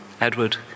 Edward